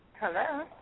Hello